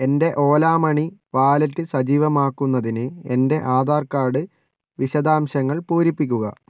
എൻ്റെ Ola money wallet സജീവമാക്കുന്നതിന് എൻ്റെ ആധാർ കാർഡ് വിശദാംശങ്ങൾ പൂരിപ്പിക്കുക